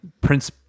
prince